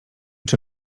czy